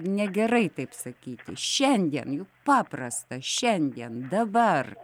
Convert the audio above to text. negerai taip sakyti šiandien juk paprasta šiandien dabar